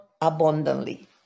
abundantly